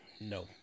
No